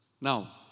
Now